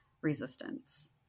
resistance